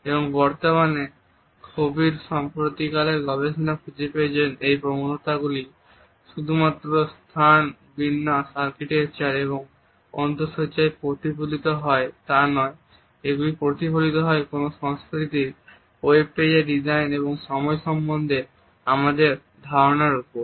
এবং বর্তমানে খবির সম্প্রতিকালের গবেষকরা খুঁজে পেয়েছেন এই প্রবণতা গুলি শুধুমাত্র স্থান বিন্যাস আর্কিটেকচার এবং অন্তঃসজ্জায় প্রতিফলিত হয় তা নয় এগুলি প্রতিফলিত হয় কোন সংস্কৃতির ওয়েবপেজের ডিজাইনে এবং সময় সম্বন্ধে আমাদের ধারণার উপর